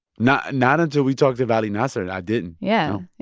not not until we talked to vali nasr, and i didn't yeah. yeah.